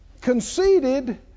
conceded